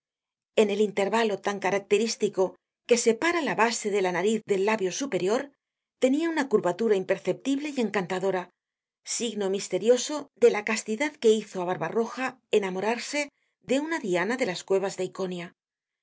en el intervalo tan característico que separa la base de la nariz del labio superior tenia una curvatura imperceptible y encantadora signo misterioso de la castidad que hizo á barbaroja enamorarse de una diana de las cuevas de iconia el